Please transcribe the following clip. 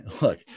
Look